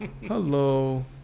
hello